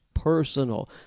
personal